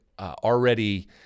already